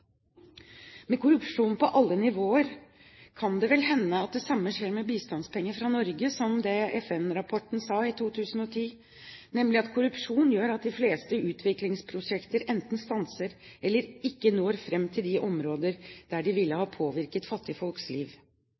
Med korrupsjon på alle nivåer kan det vel hende at det samme skjer med bistandspenger fra Norge, som en FN-rapport sa i 2010, nemlig at korrupsjon gjør at de fleste utviklingsprosjekter enten stanser eller ikke når fram til de områder der de ville ha påvirket fattigfolks liv.